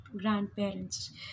grandparents